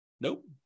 Nope